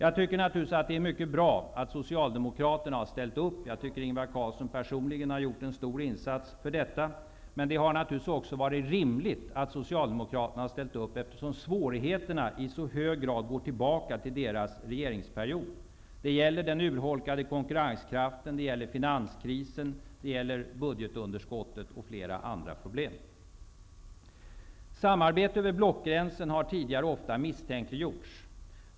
Jag tycker naturligtvis att det är mycket bra att Socialdemokraterna har ställt upp, och jag tycker att Ingvar Carlsson personligen har gjort en stor insats här. Men det har självfallet också varit rimligt att Socialdemokraterna ställt upp, eftersom svårigheterna i så hög grad går tillbaka till deras regeringsperiod. Det gäller den urholkade konkurrenskraften. Det gäller finanskrisen. Det gäller budgetunderskottet och flera andra problem. Samarbete över blockgränsen har tidigare ofta misstänkliggjorts.